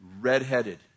redheaded